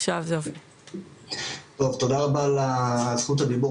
תודה רבה על זכות הדיבור,